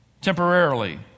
temporarily